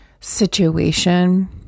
situation